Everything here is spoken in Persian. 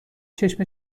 چشم